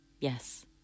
yes